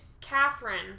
Catherine